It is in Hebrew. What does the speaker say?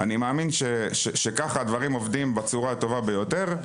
אני מאמין שככה הדברים עובדים בצורה הטובה ביותר,